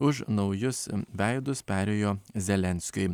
už naujus veidus perėjo zelenskiui